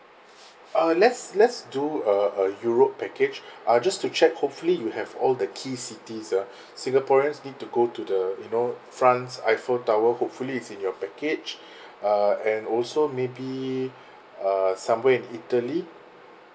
uh let's let's do a a europe package uh just to check hopefully you have all the key cities ah singaporeans need to go to the you know france eiffel tower hopefully it's in your package uh and also maybe uh somewhere in italy